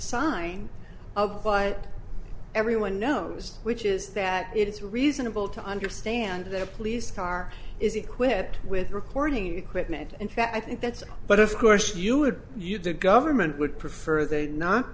sign of but everyone knows which is that it is reasonable to understand their police car is equipped with recording equipment and i think that's but of course you had you the government would prefer they